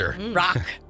rock